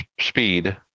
speed